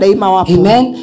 Amen